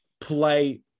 play